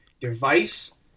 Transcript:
device